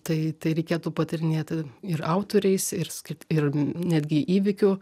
tai tai reikėtų patyrinėt ir autoriais ir skirt ir netgi įvykių